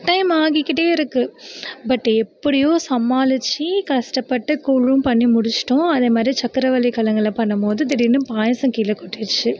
time ஆகிக்கிட்டே இருக்குது but எப்படியோ சமாளித்து கஷ்டப்பட்டு கூழும் பண்ணி முடிச்சுட்டோம் அதே மாதிரி சர்க்கரவள்ளி கெழங்குல பண்ணும்போது திடீரெனு பாயாசம் கீழே கொட்டிடுச்சு